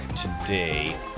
today